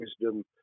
wisdom